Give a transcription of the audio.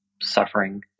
suffering